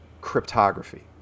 cryptography